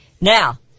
Now